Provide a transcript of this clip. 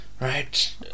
Right